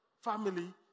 family